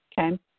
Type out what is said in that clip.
Okay